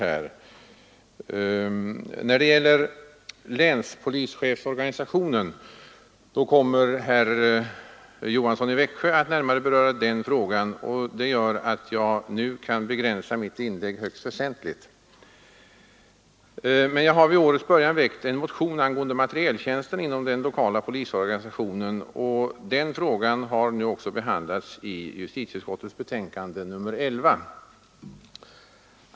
Frågan om länspolischefsorganisationen kommer herr Johansson i Växjö att närmare beröra, och det gör att jag nu kan begränsa mitt inlägg högst väsentligt. Jag har vid årets början väckt en motion angående materieltjänsten inom den lokala polisorganisationen, och den frågan har nu också behandlats i justitieutskottets betänkande nr 11.